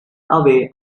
away